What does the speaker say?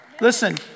listen